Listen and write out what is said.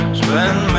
spend